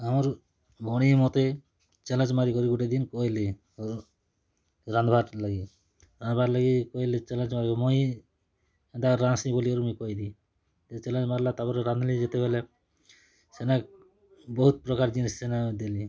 ଆମର୍ ଭଉଣୀ ମତେ ଚ୍ୟାଲେଞ୍ଜ୍ ମାରିକରି ଗୁଟେ ଦିନ୍ କହେଲେ ରାନ୍ଧବାର୍ ଲାଗି ରାନ୍ଧବାର୍ କହେଲେ ଚ୍ୟାଲେଞ୍ଜ୍ କରି ମୁଇଁ ଏନ୍ତା ରାନ୍ଧ୍ସି ବୋଲିକରି ମୁଇଁ କହେଲି ସେ ଚ୍ୟାଲେଞ୍ଜ୍ ମାର୍ଲା ତା'ପ୍ରେ ରାନ୍ଧ୍ଲି ଯେତେବେଲେ ସେନେ ବହୁତ୍ ପ୍ରକାର ଜିନିଷ୍ ସେନେ ଦେଲି